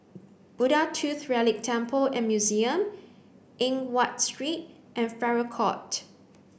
Buddha Tooth Relic Temple and Museum Eng Watt Street and Farrer Court